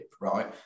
right